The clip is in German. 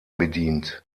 bedient